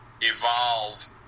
evolve